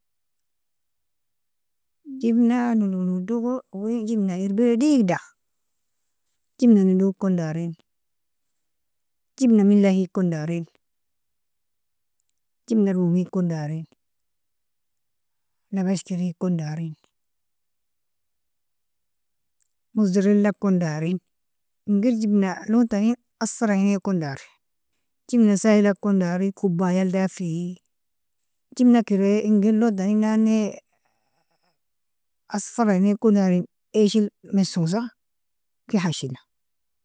Jibna nolu udogo jibna erbia digda, jibna nolu kondarin jibna milahi kondarin jibna romi kondarin Labashkiri kondarin mudzarela kondarin, inger jibna lontani asfiraini kondari, jibna saila kondari kubayal dafei, jibna ingeri lontaninane asfaraine kondarin ishi mashosa ken hashina.